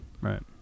Right